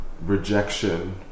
rejection